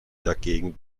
dagegen